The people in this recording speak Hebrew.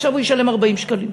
ועכשיו הוא ישלם 40 שקלים.